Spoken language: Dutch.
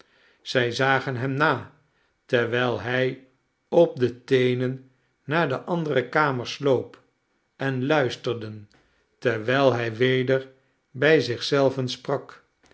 zij zagen hem na terwijl hij op de teenen naar de andere kamer sloop en luisterden terwijl hij weder bij zich zelven sprak